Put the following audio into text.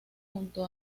junto